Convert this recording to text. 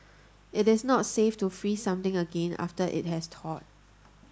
it is not safe to freeze something again after it has thawed